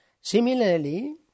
Similarly